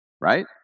right